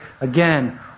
again